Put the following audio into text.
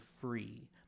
free